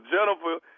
Jennifer